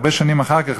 הרבה שנים אחר כך,